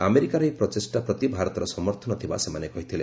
ଆମେରିକାର ଏହି ପ୍ରଚେଷ୍ଟା ପ୍ରତି ଭାରତରୁ ସମର୍ଥନ ଥିବା ସେମାନେ କହିଥିଲେ